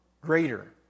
greater